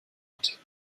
wort